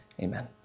Amen